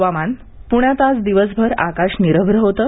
हवामान प्ण्यात आज दिवसभर आकाश निरभ्र होतं